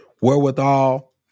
Wherewithal